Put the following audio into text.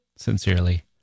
Sincerely